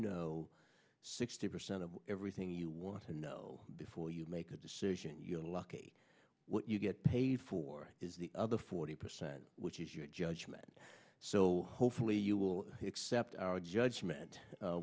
know sixty percent of everything you want to know before you make a decision you're lucky what you get paid for is the other forty percent which is your judgment so hopefully you will accept our judgment